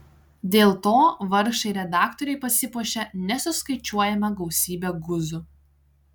dėl to vargšai redaktoriai pasipuošė nesuskaičiuojama gausybe guzų